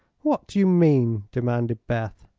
what do you mean? demanded beth.